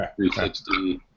360